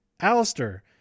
alistair